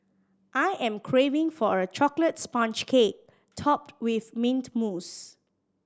I am craving for a chocolate sponge cake topped with mint mousse